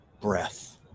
Breath